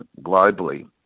globally